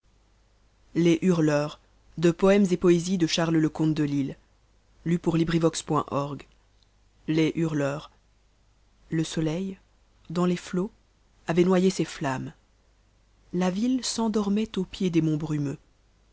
mon les hurleurs le soleil dans les nets avait noyé ses uammes la ville s'endormait aux pieds des monts brumeux